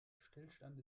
stillstand